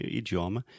idioma